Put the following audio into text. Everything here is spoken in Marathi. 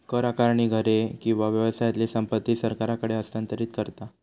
कर आकारणी घरे किंवा व्यवसायातली संपत्ती सरकारकडे हस्तांतरित करता